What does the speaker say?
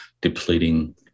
depleting